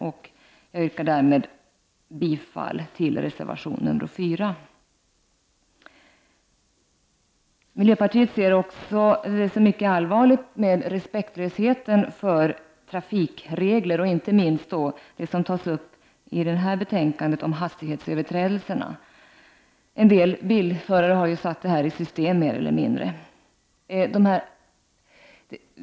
Jag yrkar därmed bifall till reservation nr 4. Miljöpartiet ser mycket allvarligt på bristande respekt för trafikreglerna, inte minst när det gäller det som tas upp i detta betänkade om hastighetsöverträdelserna. En del bilförare har satt detta i system mer eller mindre.